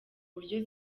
buryo